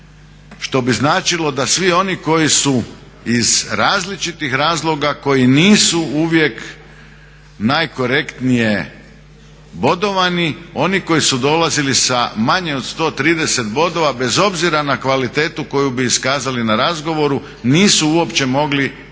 što bi značilo da svi oni koji su iz različitih razloga koji nisu uvijek najkorektnije bodovani oni koji su dolazili sa manje od 130 bodova bez obzira na kvalitetu koju bi iskazali na razgovoru nisu uopće mogli reflektirati